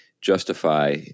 justify